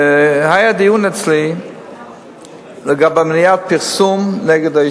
וזה לא רק בשמי, אני מבטא כאן קול רחב.